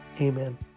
Amen